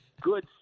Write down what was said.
good